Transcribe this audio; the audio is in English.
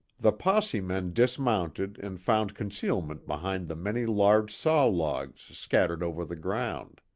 the posse men dismounted and found concealment behind the many large saw logs, scattered over the ground.